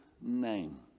name